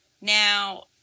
now